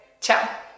Ciao